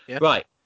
Right